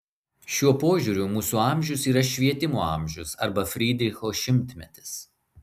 šiuo požiūriu mūsų amžius yra švietimo amžius arba frydricho šimtmetis